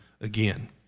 again